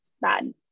bad